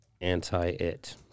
anti-it